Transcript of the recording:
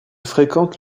fréquente